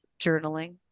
journaling